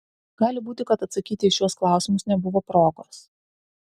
gali būti kad atsakyti į šiuos klausimus nebuvo progos